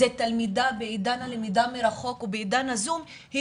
זה תלמידה בעידן הלמידה מרחוק ובעידן הזום היא